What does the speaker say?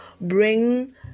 bring